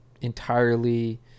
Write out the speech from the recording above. entirely